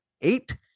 Eight